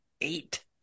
eight